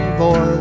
boy